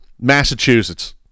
Massachusetts